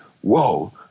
Whoa